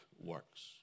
works